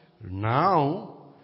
now